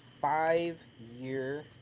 five-year